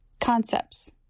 Concepts